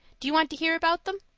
do you want to hear about them?